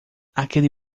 aquele